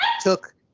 took